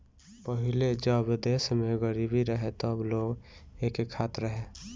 पहिले जब देश में गरीबी रहे तब लोग एके खात रहे